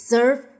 Serve